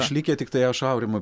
išlikę tiktai aš aurimui